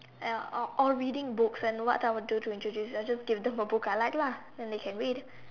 uh or or reading books and what I would do to introduce I just give them the book I like lah then they can read